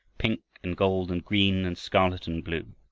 pink and gold and green and scarlet and blue,